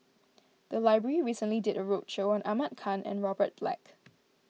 the library recently did a roadshow on Ahmad Khan and Robert Black